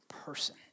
person